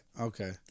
Okay